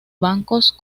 bancos